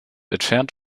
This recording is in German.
entfernt